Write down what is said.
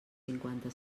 cinquanta